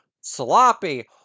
sloppy